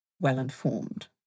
well-informed